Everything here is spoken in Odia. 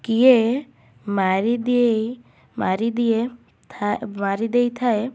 କିଏ ମାରିଦେଇ ମାରିଦିଏ ଥା ମାରି ଦେଇଥାଏ